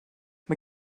mae